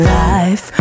life